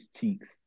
cheeks